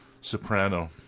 soprano